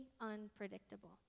unpredictable